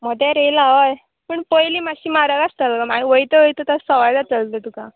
मोदेरे येयलां हय पूण पयलीं मात्शी म्हारग आसतलो मागीर वयता वयता तशे सवाय जातलें गो तुका